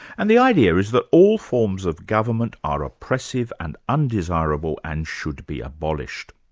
and the idea is that all forms of government are oppressive and undesirable and should be abolished.